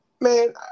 man